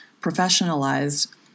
professionalized